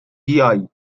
بیای